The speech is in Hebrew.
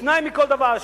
שניים מכל דבר,